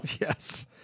Yes